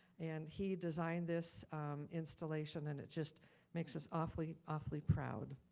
and he designed this installation and it just makes us awfully, awfully proud.